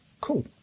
Cool